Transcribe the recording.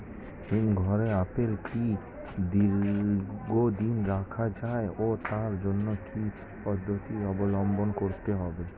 হিমঘরে আপেল কি দীর্ঘদিন রাখা যায় ও তার জন্য কি কি পদ্ধতি অবলম্বন করতে হবে?